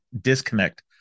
disconnect